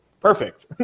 Perfect